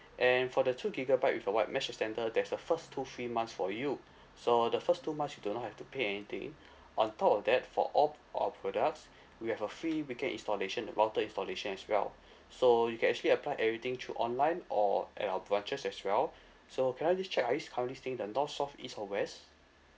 and for the two gigabyte with the WI-FI mesh extender there's a first two free months for you so the first two months you do not have to pay anything on top of that for all our products we have a free weekend installation and router installation as well so you can actually apply everything through online or at our branches as well so can I just check are you currently staying in the north south east or west